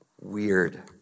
Weird